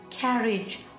carriage